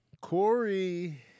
Corey